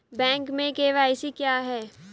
Bank में KYC क्या है?